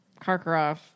Karkaroff